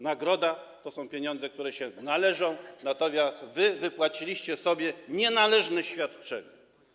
Nagroda to są pieniądze, które się należą, natomiast wy wypłaciliście sobie nienależne świadczenie.